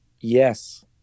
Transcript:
yes